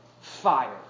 fire